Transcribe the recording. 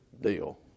deal